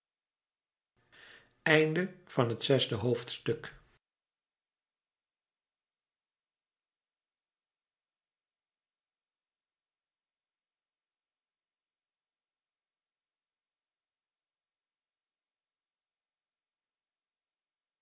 einde van het vierde